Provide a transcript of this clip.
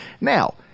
Now